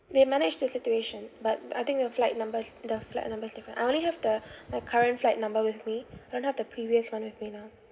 they managed the situation but I think the flight numbers the flight number is different I only have the my current flight number with me I don't have the previous [one] with me now